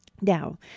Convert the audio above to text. Now